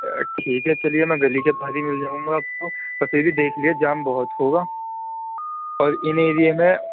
ٹھیک ہے چلیے میں گلی کے باہر ہی مل جاؤں گا آپ کو پر پھر بھی دیکھ لیے جام بہت ہوگا اور ان ایریے میں